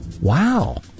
Wow